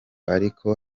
ariko